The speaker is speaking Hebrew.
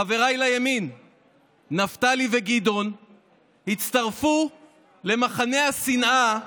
חבריי לימין נפתלי וגדעון הצטרפו למחנה השנאה,